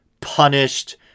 punished